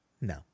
No